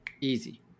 easy